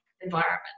environment